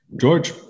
George